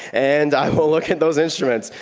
and i will look at those instruments,